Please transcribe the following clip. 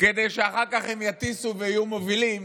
כדי שאחר כך הם יטיסו ויהיו מובילים